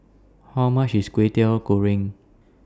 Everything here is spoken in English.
How much IS Kway Teow Goreng